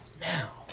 now